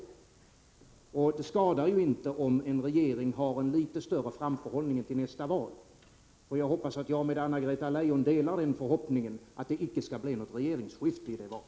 Det skadar inte om en regering har litet större framförhållning än till nästa val, för jag hoppas att jag med Anna-Greta Leijon delar förhoppningen att det icke skall bli något regeringsskifte genom det valet.